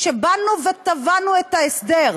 כשבאנו ותבענו את ההסדר,